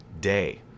day